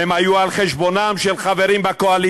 הן היו על חשבונם של חברים בקואליציה,